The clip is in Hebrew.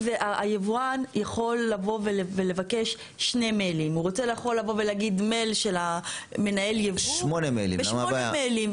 היבואן יכול לבקש שני מיילים או יותר ואני אשלח את זה לכל מי שהוא ירצה.